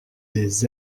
des